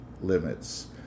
limits